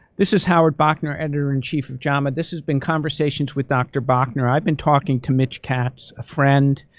this is howard bauchner, editor in chief of jama. this has been conversations with dr. bauchner. i've been talking to mitch katz, a friend.